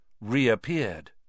reappeared